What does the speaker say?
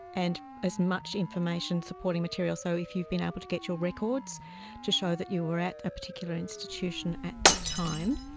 and as much information, supporting material. so if you've been able to get your records to show that you were at a particular institution at that time,